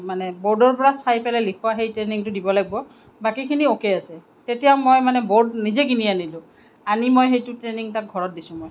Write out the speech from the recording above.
মানে বৰ্ডৰ পৰা চাই পেলাই লিখোৱাৰ সেই ট্ৰেইনিঙটো দিব লাগিব বাকিখিনি অ'কে আছে তেতিয়া মই মানে ব'ৰ্ড নিজে কিনি আনিলোঁ আনি মই সেইটো ট্ৰেইনিং তাক ঘৰত দিছোঁ মই